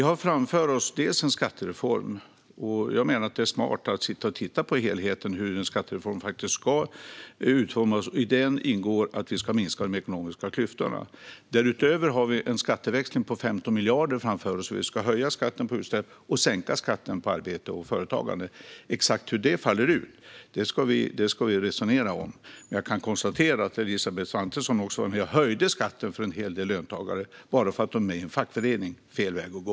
Herr talman! Vi har en skattereform framför oss. Jag menar att det är smart att se på helheten och hur en skattereform ska utformas, och här ingår att vi ska minska de ekonomiska klyftorna. Därutöver har vi en skatteväxling på 15 miljarder framför oss där vi ska höja skatten på utsläpp och sänka skatten på arbete och företagande. Exakt hur detta faller ut ska vi resonera om. Jag kan dock konstatera att Elisabeth Svantesson har varit med och höjt skatten för en hel del löntagare bara för att de är med i en fackförening. Det är fel väg att gå.